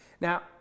Now